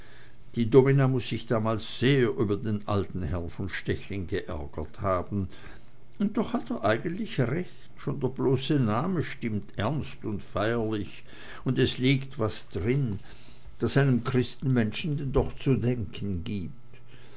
die domina muß sich damals sehr über den alten herrn von stechlin geärgert haben und doch hat er eigentlich recht schon der bloße name stimmt ernst und feierlich und es liegt was drin das einem christenmenschen denn doch zu denken gibt